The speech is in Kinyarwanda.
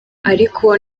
ariko